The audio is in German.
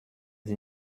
sie